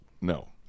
No